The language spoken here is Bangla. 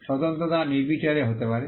স্বতন্ত্রতা নির্বিচারে হতে পারে